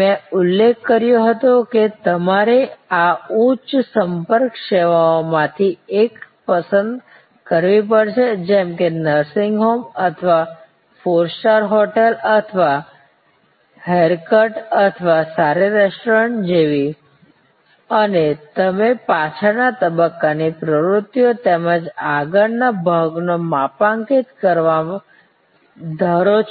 મેં ઉલ્લેખ કર્યો હતો કે તમારે આ ઉચ્ચ સંપર્ક સેવાઓમાંથી એક પસંદ કરવી પડશે જેમ કે નર્સિંગ હોમ અથવા ફોર સ્ટાર હોટેલ અથવા હેરકટ અથવા સારી રેસ્ટોરન્ટ જેવી અને તમે પાછળના તબક્કાની પ્રવૃત્તિઓ તેમજ આગળના ભાગને માપાંકિત કરવા ધારો છો